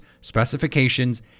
specifications